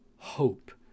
hope